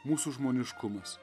mūsų žmoniškumas